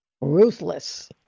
Ruthless